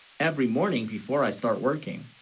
every morning before i start working,